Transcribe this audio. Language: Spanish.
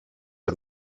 que